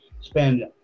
spend